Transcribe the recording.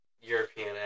European